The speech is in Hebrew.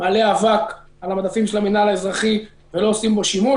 מעלה אבק על המדפים של המינהל האזרחי ולא עושים בו שימוש.